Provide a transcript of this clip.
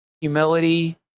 humility